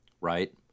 right